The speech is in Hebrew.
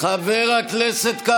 ואת מתעסקת עכשיו